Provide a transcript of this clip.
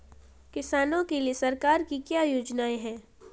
किसानों के लिए सरकार की क्या योजनाएं हैं?